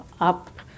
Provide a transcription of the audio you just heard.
up